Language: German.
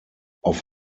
auf